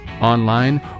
online